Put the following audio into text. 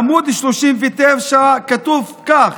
בעמ' 39 כתוב כך: